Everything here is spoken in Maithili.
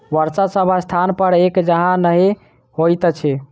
वर्षा सभ स्थानपर एक जकाँ नहि होइत अछि